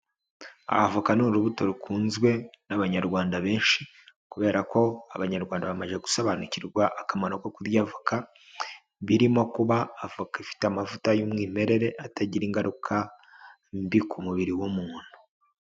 Avoka ni urubuto rukunzwe n'Abanyarwanda benshi kubera ko Abanyarwanda bamaze gusobanukirwa akamaro ko kurya voka, birimo kuba avoka ifite amavuta y'umwimerere, atagira ingaruka mbi ku mubiri w'umuntu.